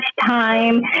time